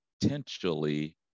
potentially